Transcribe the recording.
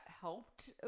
helped